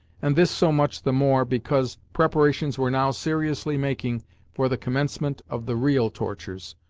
and this so much the more because preparations were now seriously making for the commencement of the real tortures,